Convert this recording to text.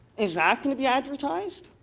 is that going to be advertised?